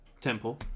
temple